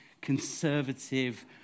conservative